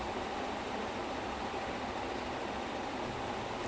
ஆனா இதுல:aanaa ithulae sivakarthikeyan ஏன் வந்தாருன்னு தான் தெரில:yaen vanthaarunnu thaan therila